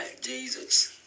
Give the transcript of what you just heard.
Jesus